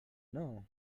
know